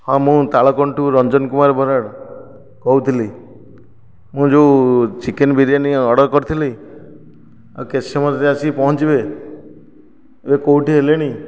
ହଁ ମୁଁ ତାଳକଣ୍ଟରୁ ରଞ୍ଜନ କୁମାର ବରାଡ଼ କହୁଥିଲି ମୁଁ ଯେଉଁ ଚିକେନ ବିରିୟାନି ଅର୍ଡ଼ର କରିଥିଲି ଆଉ କେତେ ସମୟ ଭିତରେ ଆସିକି ପହଞ୍ଚିବେ ଏବେ କେଉଁଠି ହେଲେଣି